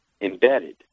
embedded